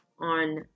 on